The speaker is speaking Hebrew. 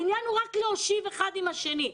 העניין הוא רק להושיב אחד עם השני.